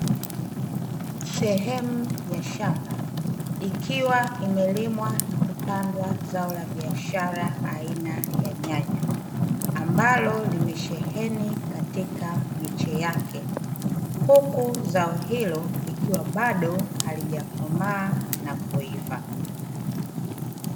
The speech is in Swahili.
Sehemu ya shamba ikiwa imelimwa na kupandwa zao la biashara aina ya nyanya, ambalo limesheheni katika miche yake, huku zao hilo likiwa bado halijakomaa na kuiva.